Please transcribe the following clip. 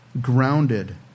grounded